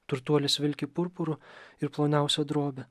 turtuolis vilki purpuru ir ploniausia drobe